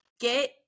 get